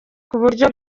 kuburyo